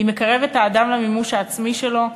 היא מקרבת את האדם למימוש העצמי שלו,